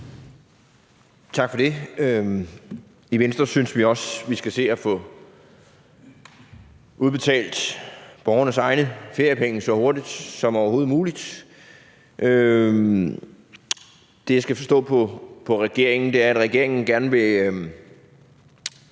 Tak for det. I Venstre synes vi også, vi skal se at få udbetalt borgernes egne feriepenge så hurtigt som overhovedet muligt. Det, jeg kan forstå på regeringen, er, at regeringen gerne vil